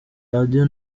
radio